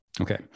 Okay